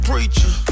Preacher